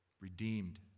redeemed